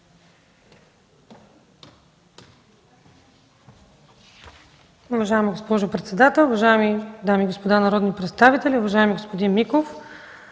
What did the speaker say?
Уважаема госпожо председател, уважаеми дами и господа народни представители! Уважаеми господин Миков,